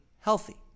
healthy